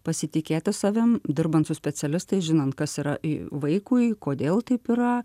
pasitikėti savim dirbant su specialistais žinant kas yra į vaikui kodėl taip yra